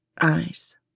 eyes